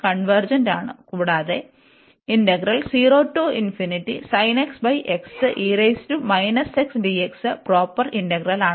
കൺവെർജന്റാണ് കൂടാതെ പ്രോപ്പർ ഇന്റഗ്രലാണ്